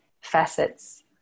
facets